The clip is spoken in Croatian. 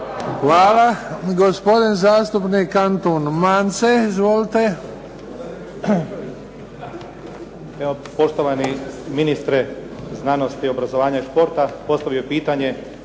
Hvala. Gospodin zastupnik Anton Mance. Izvolite.